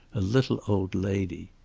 a little old lady.